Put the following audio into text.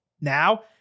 now